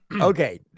Okay